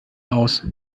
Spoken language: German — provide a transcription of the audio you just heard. aus